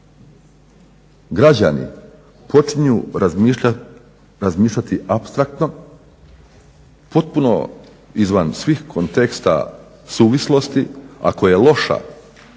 građani počinju razmišljati apstraktno, potpuno izvan svih konteksta suvislosti. Ako je loša domaća